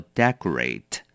decorate 。